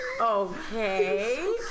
Okay